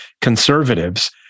conservatives